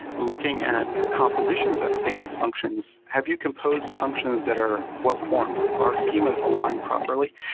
looking at compositions of stateless functions, have you composed functions that are well formed? are schemas aligned properly?